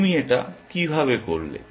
তুমি এটা কিভাবে করলে